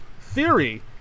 theory